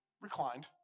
reclined